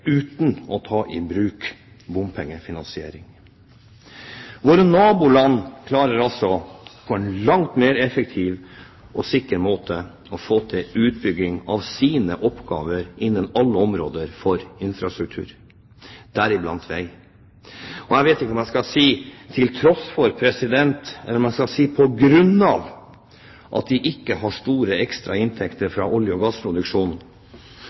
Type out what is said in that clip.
uten å ta i bruk bompengefinansiering. Våre naboland klarer altså på en langt mer effektiv og sikker måte å få til utbygging av sin infrastruktur, deriblant vei – jeg vet ikke om jeg skal si til tross for, eller om jeg skal si på grunn av, at de ikke har store ekstra inntekter fra olje- og gassproduksjon.